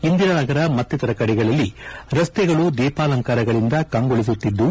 ಇಂದಿರಾನಗರ ಮತ್ತಿತರ ಕಡೆಗಳಲ್ಲಿ ರಸ್ತೆಗಳು ದೀಪಾಲಂಕಾರಗಳಿಂದ ಕಂಗೊಳಿಸುತ್ತಿದ್ದು